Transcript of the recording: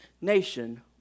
nation